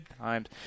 times